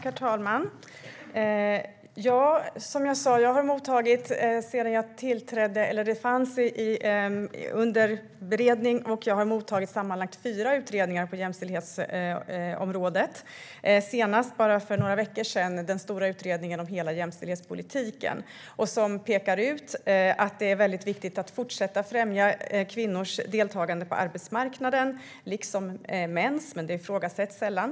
Herr talman! Som jag sa har jag mottagit sammanlagt fyra utredningar - det har funnits några på beredning sedan jag tillträdde - på jämställdhetsområdet. Den senaste, den stora utredningen om hela jämställdhetspolitiken, kom för bara några veckor sedan. Den pekar ut att det är viktigt att fortsätta främja kvinnors deltagande på arbetsmarknaden liksom mäns - men det ifrågasätts sällan.